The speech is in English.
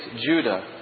Judah